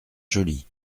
joli